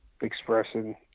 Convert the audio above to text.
expressing